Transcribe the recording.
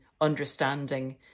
understanding